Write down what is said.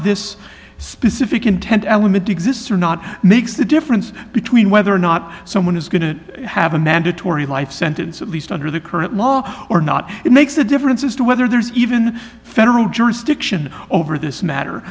this specific intent element exists or not makes the difference between whether or not someone is going to have a mandate gauri life sentence at least under the current law or not it makes a difference as to whether there's even federal jurisdiction over this matter